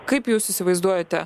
kaip jūs įsivaizduojate